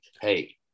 Hey